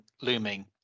looming